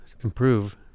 improve